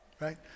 Right